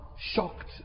shocked